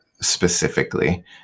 specifically